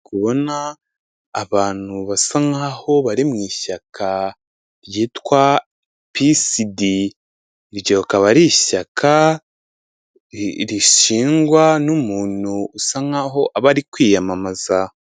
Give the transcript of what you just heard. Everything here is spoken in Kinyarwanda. Kubona abantu basa nkaho bari mu ishyaka ryitwa pisidi, iryo akaba ari ishyaka rishingwa n'umuntu usa nkaho aba ari kwiyamamaza.